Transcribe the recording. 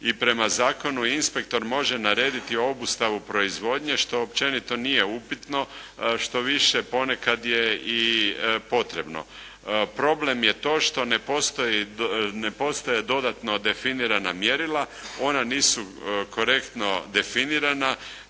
i prema zakonu inspektor može narediti obustavu proizvodnje što općenito nije upitno, štoviše ponekad je i potrebno. Problem je to što ne postoje dodatno definirana mjerila, ona nisu korektno definirana